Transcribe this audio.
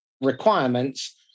requirements